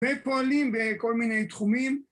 ופועלים בכל מיני תחומים.